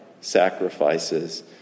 sacrifices